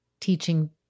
teaching